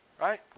Right